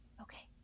Okay